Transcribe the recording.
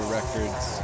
Records